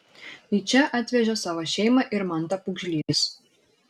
į čia atvežė savo šeimą ir mantą pūgžlys